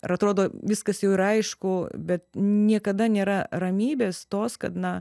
ir atrodo viskas jau yra aišku bet niekada nėra ramybės tos kad na